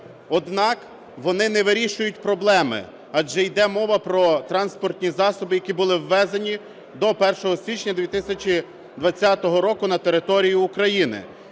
Однак, вони не вирішують проблеми, адже йде мова про транспортні засоби, які були ввезені до 1 січня 2020 року на територію України.